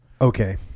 Okay